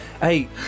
hey